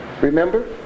remember